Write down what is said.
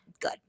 good